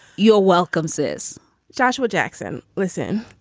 you're welcome, sis joshua jackson. listen,